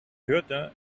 hörte